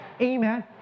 Amen